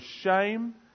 shame